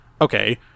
okay